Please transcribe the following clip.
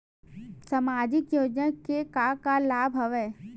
सामाजिक योजना के का का लाभ हवय?